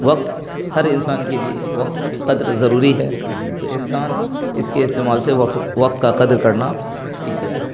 وقت ہر انسان کے لیے وقت کی قدر ضروری ہے تو انسان اس کے استعمال سے وقت کا قدر کرنا سیکھ گیا ہے